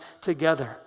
together